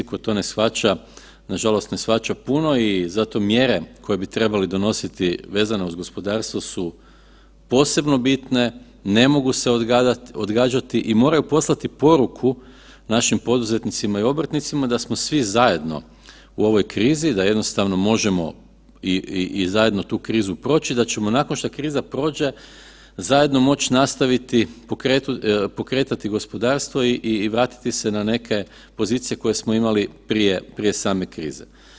Tko to ne shvaća, nažalost ne shvaća puno i zato mjere koje bi trebali donositi vezano uz gospodarstvo su posebno bitne, ne mogu se odgađati i moraju poslati poruku našim poduzetnicima i obrtnicima da smo svi zajedno u ovoj krizi, da jednostavno možemo i zajedno tu krizu proći i da ćemo, nakon što kriza prođe zajedno moći nastaviti pokretati gospodarstvo i vratiti se na neke pozicije koje smo imali prije same krize.